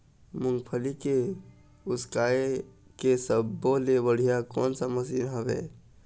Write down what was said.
मूंगफली के उसकाय के सब्बो ले बढ़िया कोन सा मशीन हेवय?